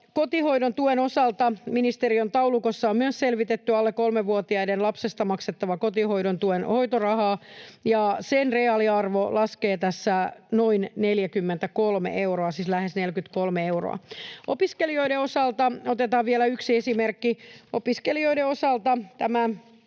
Kotihoidon tuen osalta: ministeriön taulukossa on selvitetty myös alle kolmevuotiaista lapsista maksettavaa kotihoidon tuen hoitorahaa, ja sen reaaliarvo laskee tässä noin 43 euroa, siis lähes 43 euroa. Opiskelijoiden